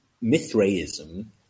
Mithraism